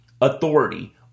authority